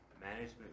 management